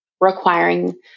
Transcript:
requiring